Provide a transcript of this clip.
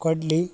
ಕೊಡಲಿ